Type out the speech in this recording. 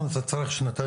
אתה יודע מה,